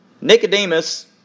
Nicodemus